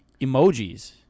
emojis